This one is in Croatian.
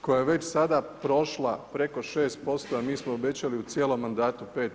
koja je već sada prošlo preko 6% a mi smo obećali u cijelom mandatu 5%